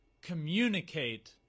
communicate